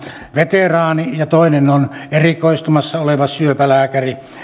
veteraani ja toinen on erikoistumassa oleva syöpälääkäri